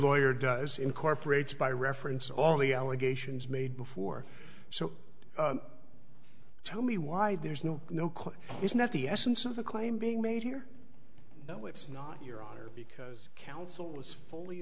lawyer does incorporates by reference all the allegations made before so tell me why there's no no quit is not the essence of the claim being made here no it's not your honor because counsel is fully